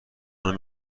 منو